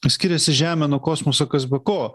skiriasi žemė nuo kosmoso kas be ko